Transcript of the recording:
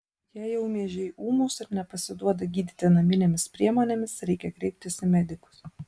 jei jau miežiai ūmūs ir nepasiduoda gydyti naminėmis priemonėmis reikia kreiptis į medikus